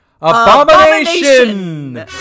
abomination